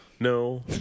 No